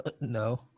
no